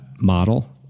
model